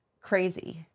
crazy